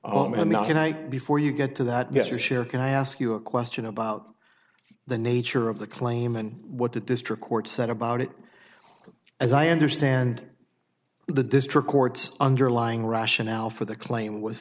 i before you get to that get your share can i ask you a question about the nature of the claim and what the district court said about it as i understand the district court's underlying rationale for the claim was